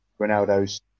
Ronaldo's